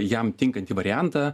jam tinkantį variantą